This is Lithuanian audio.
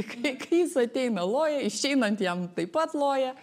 kai kai jis ateina loja išeinant jam taip pat loja